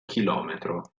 chilometro